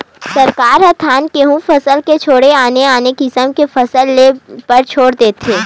सरकार ह धान, गहूँ फसल के छोड़े आने आने किसम के फसल ले बर जोर देवत हे